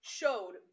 showed